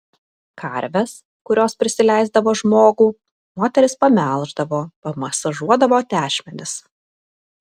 karves kurios prisileisdavo žmogų moterys pamelždavo pamasažuodavo tešmenis